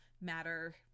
matter